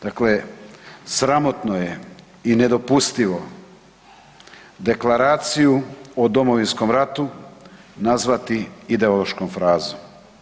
Dakle, sramotno je i nedopustivo Deklaraciju o Domovinskom ratu nazvati ideološkom frazom.